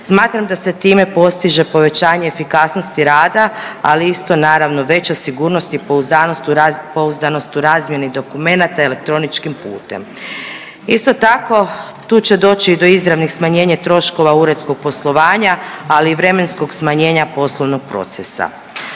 Smatram da se time postiže povećanje efikasnosti rada, ali isto naravno, veća sigurnost i pouzdanost u razmjeni dokumenata elektroničkim putem. Isto tako, tu će doći do izravnih smanjenja troškova uredskog poslovanja, ali i vremenskog smanjenja poslovnog procesa.